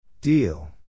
Deal